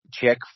check